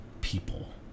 people